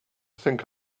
think